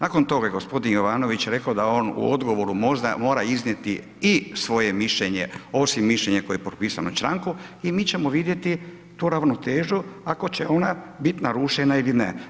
Nakon toga je gospodin Jovanović rekao da on u odgovoru možda mora iznijeti i svoje mišljenje osim mišljenja koje je propisano člankom i mi ćemo vidjeti tu ravnotežu ako će ona biti narušena ili ne.